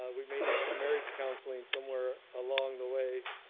we may need some marriage counseling somewhere along the way.